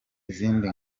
izindi